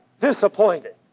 disappointed